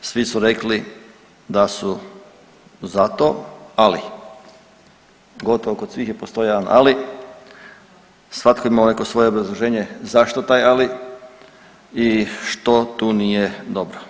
Svi su rekli da su za to, ali gotovo kod svih je postojao jedan ali, svatko je imamo neko svoje obrazloženje zašto taj ali i što tu nije dobro.